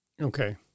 Okay